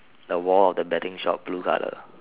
the wall of the betting shop blue colour